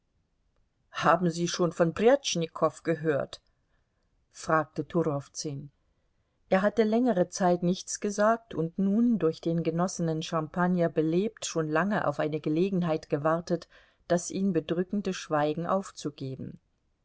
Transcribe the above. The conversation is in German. haben sie schon von prjatschnikow gehört fragte turowzün er hatte längere zeit nichts gesagt und nun durch den genossenen champagner belebt schon lange auf eine gelegenheit gewartet das ihn bedrückende schweigen aufzugeben